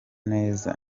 neza